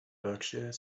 berkshire